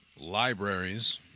libraries